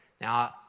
Now